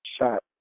shot